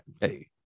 Hey